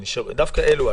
דווקא אלה,